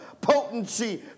potency